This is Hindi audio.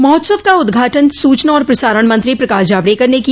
महोत्सव का उद्घाटन सूचना और प्रसारण मंत्री प्रकाश जावड़ेकर ने किया